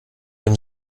dem